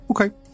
Okay